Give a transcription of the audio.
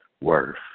worth